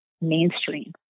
mainstream